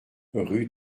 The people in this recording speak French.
rue